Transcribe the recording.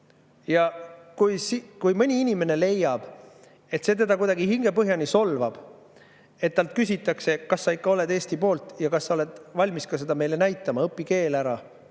Ja kui mõni inimene leiab, et teda kuidagi hingepõhjani solvab, et talt küsitakse, kas sa ikka oled Eesti poolt ja kas sa oled valmis seda ka meile näitama – õpi keel ära,